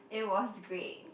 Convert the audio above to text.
it was great